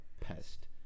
pest